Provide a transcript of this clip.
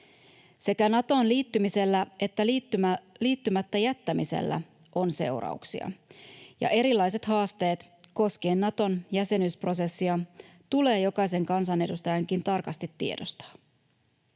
Sekä Natoon liittymisellä että liittymättä jättämisellä on seurauksia, ja erilaiset haasteet koskien Naton jäsenyysprosessia tulee jokaisen kansanedustajankin tarkasti tiedostaa.